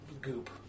goop